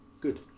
Good